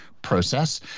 process